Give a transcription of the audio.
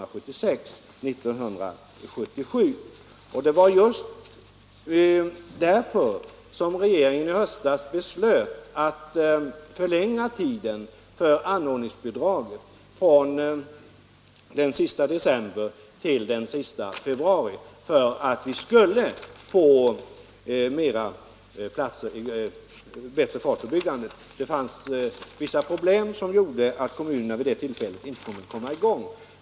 Regeringen beslöt i höstas att förlänga tiden för erhållande av anordningsbidrag från den sista december till den sista februari för att vi skulle få bättre fart på byggandet. Det fanns vissa problem som gjorde att kommunerna vid det tillfället inte kunde komma i gång med detta byggande.